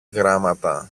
γράμματα